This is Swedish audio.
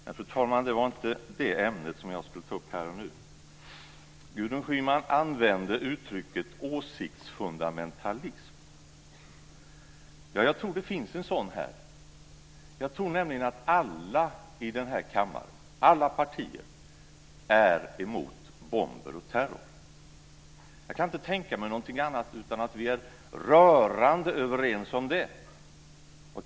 Men, fru talman, det var inte det ämnet som jag skulle ta upp här och nu. Gudrun Schyman använde uttrycket åsiktsfundamentalism. Ja, jag tror att det finns en sådan här. Jag tror nämligen att alla i den här kammaren, alla partier, är emot bomber och terror. Jag kan inte tänka mig någonting annat än att vi är rörande överens om det.